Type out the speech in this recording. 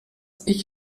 ich